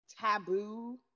taboo